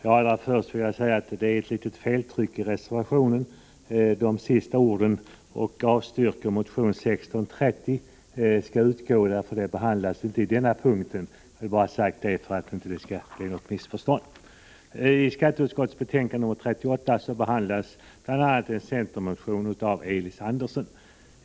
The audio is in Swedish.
Herr talman! I skatteutskottets betänkande 38 behandlas bl.a. en centermotion av Elis Andersson.